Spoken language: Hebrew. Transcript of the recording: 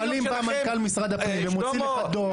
אבל אם בא מנכ"ל משרד הפנים ומוציא לך דו"ח,